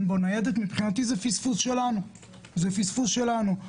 מבחינתי, זה פספוס שלנו כשאין בכביש ניידת.